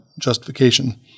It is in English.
justification